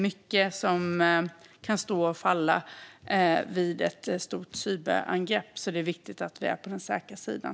Mycket kan stå och falla vid ett stort cyberangrepp, så det är viktigt att vi är på den säkra sidan.